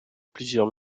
plusieurs